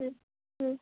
হুম হুম